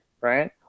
right